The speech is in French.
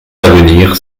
d’avenir